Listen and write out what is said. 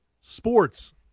Sports